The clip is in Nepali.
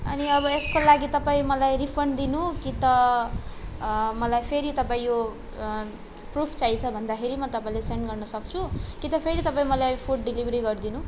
अनि अब यसको लागि तपाईँ मलाई रिफन्ड दिनु कि त मलाई फेरि तपाईँ यो प्रुफ चाहिएछ भन्दाखेरि म तपाईँलाई सेन्ड गर्न सक्छु कि त फेरि तपाईँ मलाई फुड डेलिभरी गरिदिनु